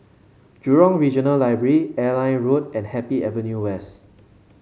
Jurong Regional Library Airline Road and Happy Avenue West